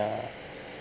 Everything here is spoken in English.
ya